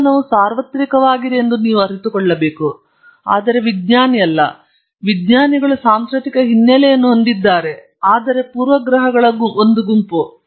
ವಿಜ್ಞಾನವು ಸಾರ್ವತ್ರಿಕವಾಗಿದೆ ಎಂದು ನೀವು ಅರಿತುಕೊಳ್ಳಬೇಕು ಆದರೆ ವಿಜ್ಞಾನಿ ಅಲ್ಲ ವಿಜ್ಞಾನಿಗಳು ಸಾಂಸ್ಕೃತಿಕ ಹಿನ್ನೆಲೆಯನ್ನು ಹೊಂದಿದ್ದಾರೆ ಆದ್ದರಿಂದ ಪೂರ್ವಗ್ರಹಗಳ ಒಂದು ಗುಂಪು